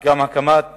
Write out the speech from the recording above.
גם הקמת